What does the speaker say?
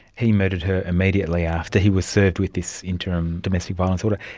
he murdered her immediately after he was served with this interim domestic violence order.